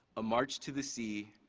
a march to the sea,